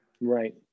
Right